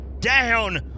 down